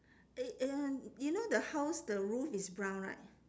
eh and you know the house the roof is brown right